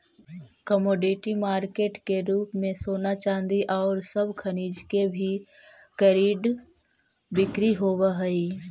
commodity market के रूप में सोना चांदी औउर सब खनिज के भी कर्रिड बिक्री होवऽ हई